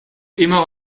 immer